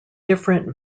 different